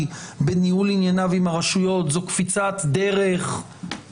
בניהול ענייניו עם הרשויות זו קפיצת דרך,